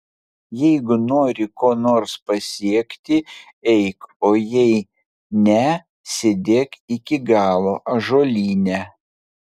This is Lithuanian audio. jeigu nori ko nors pasiekti eik o jei ne sėdėk iki galo ąžuolyne